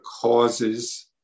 causes